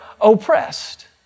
oppressed